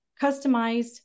customized